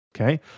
okay